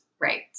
right